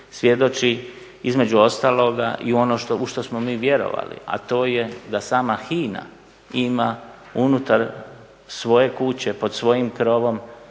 svjedoči između ostaloga i u ono u što smo mi vjerovali, a to je da sama HINA ima unutar svoje kuće pod svojim krovom